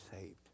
saved